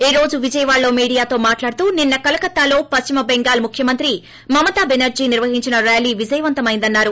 ఈ రోజు విజయవాడలో మీడియాతో మాట్లాడుతూ నిన్న కలకత్తాలో పక్చమ బెంగాల్ ముఖ్యమంత్రి మమతా బెనర్జీ నిర్వహించిన ర్యాలీ విజయవంతమైందని అన్నారు